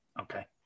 Okay